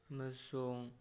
ꯑꯃꯁꯨꯡ